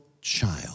child